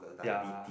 ya